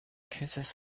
kisses